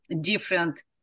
different